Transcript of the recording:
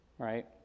Right